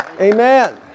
Amen